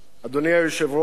אדוני היושב-ראש,